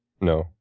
No